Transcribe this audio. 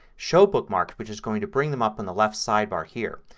show bookmarks which is going to bring them up on the left sidebar here.